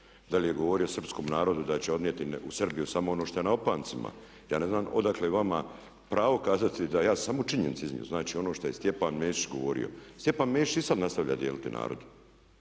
Da li je govorio srpskom narodu da će odnijeti u Srbiju samo ono šta je na opancima. Ja ne znam odakle vama pravo kazati da ja sam samo činjenice iznio. Znači, ono šta je Stjepan Mesić govorio. Stjepan Mesić i sad nastavlja dijeliti narod.